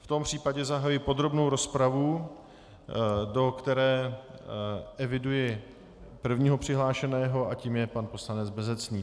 V tom případě zahajuji podrobnou rozpravu, do které eviduji prvního přihlášeného a tím je pan poslanec Bezecný.